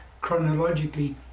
chronologically